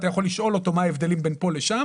אתה יכול לשאול אותו מה ההבדלים בין פה לשם.